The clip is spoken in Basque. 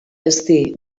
ezti